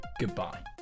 goodbye